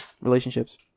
relationships